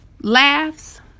laughs